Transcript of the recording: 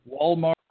Walmart